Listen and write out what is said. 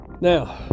Now